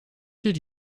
did